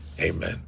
Amen